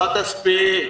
לא תספיק.